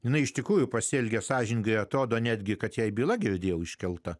na iš tikrųjų pasielgia sąžiningai atrodo netgi kad jei byla girdėjau iškelta